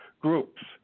groups